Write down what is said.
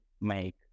make